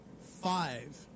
five